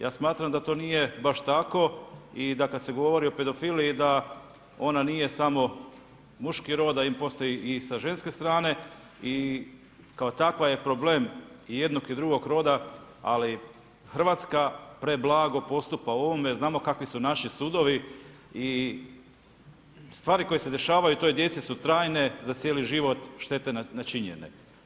Ja smatram da to nije baš tako i da kada se govori o pedofiliji da ona nije samo muški rod a postoji i sa ženske strane i kao takva je problem i jednog i drugog roda ali Hrvatska preblago postupa u ovome jer znamo kakvi su naši sudovi i stvari koje se dešavaju toj djeci su trajne za cijeli život, štete načinjene.